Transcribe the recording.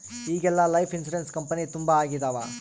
ಈಗೆಲ್ಲಾ life insurance company ತುಂಬಾ ಆಗಿದವ